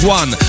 one